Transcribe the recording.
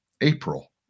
April